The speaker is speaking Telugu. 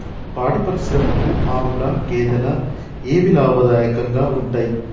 పాడి పరిశ్రమకు ఆవుల, గేదెల ఏవి లాభదాయకంగా ఉంటయ్?